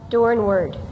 Dornward